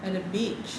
at a beach